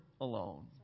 alone